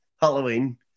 Halloween